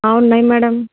ఆ ఉన్నాయి మేడం